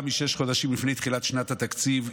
משישה חודשים לפני תחילת שנת התקציב,